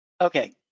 Okay